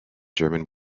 german